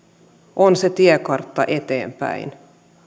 on se tiekartta eteenpäin